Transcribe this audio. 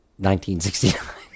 1969